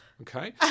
Okay